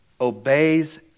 obeys